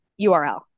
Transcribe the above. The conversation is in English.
url